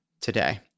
today